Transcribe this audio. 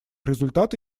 результата